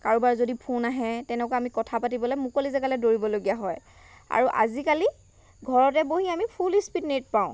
কাৰোবাৰ যদি ফোন আহে তেনেকুৱা আমি কথা পাতিবলৈ মুকলি জেগালৈ দৌৰিব লগা হয় আৰু আজিকালি ঘৰতে বহি আমি ফুল স্পীড নেট পাওঁ